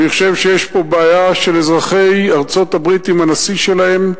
אני חושב שיש פה בעיה של אזרחי ארצות-הברית עם הנשיא שלהם,